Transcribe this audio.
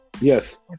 Yes